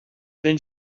then